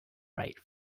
write